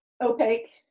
opaque